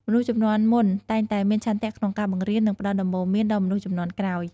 មនុស្សជំនាន់មុនតែងតែមានឆន្ទៈក្នុងការបង្រៀន និងផ្តល់ដំបូន្មានដល់មនុស្សជំនាន់ក្រោយ។